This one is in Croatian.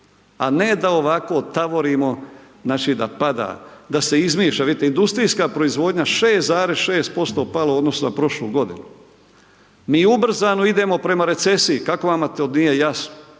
a ne da ovako tavorimo, znači, da pada, da se izmišlja, vidite industrijska proizvodnja 6,6% palo u odnosu na prošlu godinu, mi ubrzano idemo prema recesiji, kako vama to nije jasno,